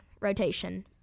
rotation